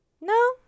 no